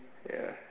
ya